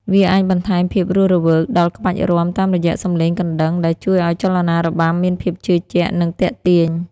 វាអាចបន្ថែមភាពរស់រវើកដល់ក្បាច់រាំ តាមរយៈសំឡេងកណ្តឹង ដែលជួយឲ្យចលនារបាំមានភាពជឿជាក់ និងទាក់ទាញ។